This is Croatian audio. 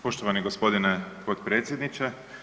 Poštovani g. potpredsjedniče.